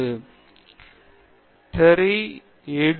எனவே எனக்கு நான் என் ஒழுக்கம் நன்றாக புரிந்து நல்ல நுண்ணறிவு கொடுக்கிறது